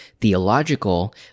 theological